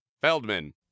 Feldman